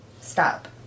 stop